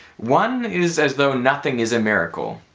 one is as though nothing is a miracle,